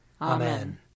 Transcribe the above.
Amen